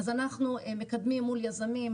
אז אנחנו מקדמים מול יזמים,